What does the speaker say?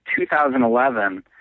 2011